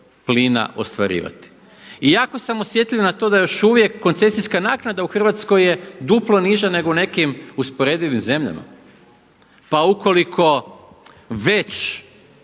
plina ostvarivati. I jako sam osjetljiv na to da još uvijek koncesijska naknada u Hrvatskoj je duplo niža u nekim usporedivim zemljama. Pa ukoliko već